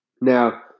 Now